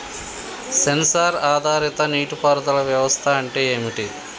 Censor ఆధారిత నీటి పారుదల వ్యవస్థ అంటే ఏమిటి?